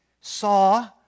saw